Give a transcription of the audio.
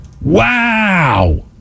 wow